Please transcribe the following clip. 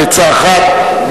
בעצה אחת,